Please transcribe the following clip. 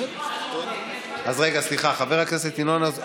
רק אחרי התערבות,